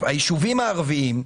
היישובים הערביים,